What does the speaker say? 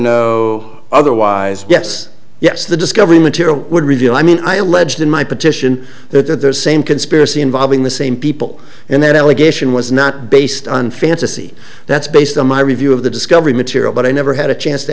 know otherwise yes yes the discovery material would reveal i mean i alleged in my petition there's same conspiracy involving the same people and then allegation was not based on fantasy that's based on my review of the discovery material but i never had a chance to